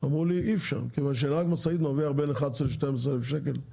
אמרו לי שאי אפשר כיוון שנהג משאית מרוויח בין 11 ל-12,000 שקל נטו,